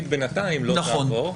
ההלכה השיפוטית בינתיים לא תעבור.